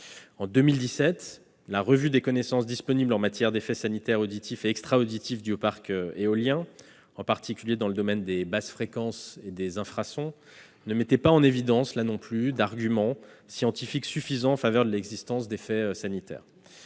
En 2017, la revue des connaissances disponibles en matière d'effets sanitaires auditifs et extra-auditifs dus au parc éolien, en particulier dans le domaine des basses fréquences et des infrasons, ne mettait pas en évidence, là non plus, d'arguments scientifiques suffisants en faveur de l'existence d'effets sanitaires